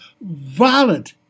valid